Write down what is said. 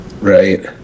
Right